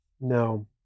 No